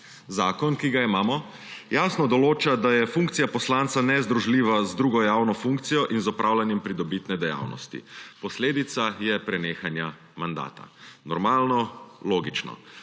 Zakon, ki ga imamo, jasno določa, da je funkcija poslanca nezdružljiva z drugo javno funkcijo in z opravljanjem pridobitne dejavnosti. Posledica je prenehanje mandata. Normalno, logično.